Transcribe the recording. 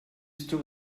still